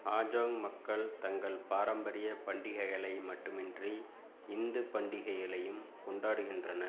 ஹாஜோங் மக்கள் தங்கள் பாரம்பரிய பண்டிகைகளை மட்டுமின்றி இந்துப் பண்டிகைகளையும் கொண்டாடுகின்றனர்